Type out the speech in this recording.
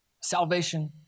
Salvation